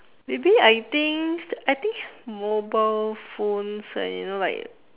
maybe I think I think mobile phones are you know like